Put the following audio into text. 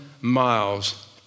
miles